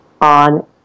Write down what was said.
on